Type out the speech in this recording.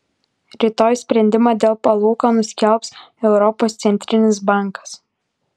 rytoj sprendimą dėl palūkanų skelbs europos centrinis bankas